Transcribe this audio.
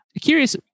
Curious